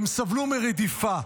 הם סבלו מרדיפה.